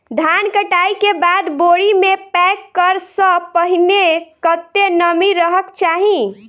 धान कटाई केँ बाद बोरी मे पैक करऽ सँ पहिने कत्ते नमी रहक चाहि?